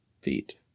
feet